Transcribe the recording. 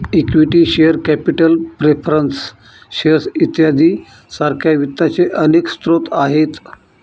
equity share capital preference shares इत्यादी सारख्या वित्ताचे अनेक स्रोत आहेत